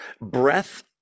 breath